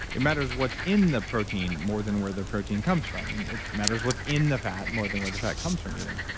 it matters what's in the protein, more than where the protein comes from. and it matters what's in the fat, more than where the fat comes from even.